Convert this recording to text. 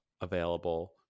available